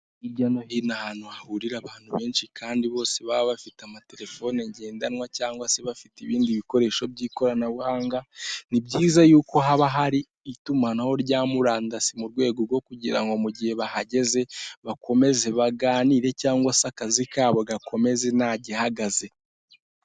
Hirya no hino ahantu hahurira abantu benshi kandi bose baba bafite amatelefone ngendanwa cyangwa se bafite ibindi bikoresho by'ikoranabuhanga, ni byiza yuko haba hari itumanaho rya murandasi mu rwego rwo kugira ngo mu gihe bahageze bakomeze baganire cyangwa se akazi kabo gakomeze nta gihagaze.